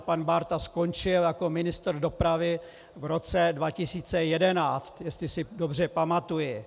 Pan Bárta skončil jako ministr dopravy v roce 2011, jestli si dobře pamatuji.